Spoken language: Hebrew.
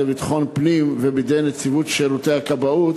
לביטחון פנים ובידי נציבות שירותי הכבאות,